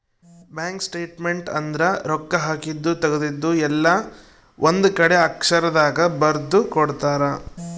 bank statement ಅಂದ್ರ ರೊಕ್ಕ ಹಾಕಿದ್ದು ತೆಗ್ದಿದ್ದು ಎಲ್ಲ ಒಂದ್ ಕಡೆ ಅಕ್ಷರ ದಾಗ ಬರ್ದು ಕೊಡ್ತಾರ